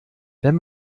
wenn